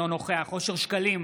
אינו נוכח אושר שקלים,